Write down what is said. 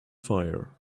fire